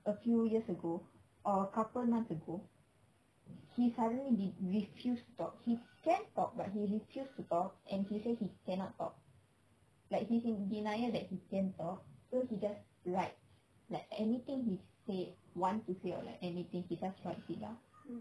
a few years ago or a couple months ago he suddenly refuse to talk he can talk but he refuse to talk and he say he cannot talk like he's in denial that he can talk so he just writes like anything he says wants to say or like anything he just writes it down